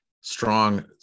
strong